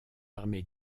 armées